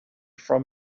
from